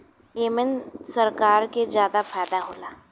एमन सरकार के जादा फायदा होला